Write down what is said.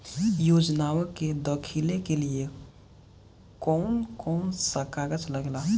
योजनाओ के दाखिले के लिए कौउन कौउन सा कागज लगेला?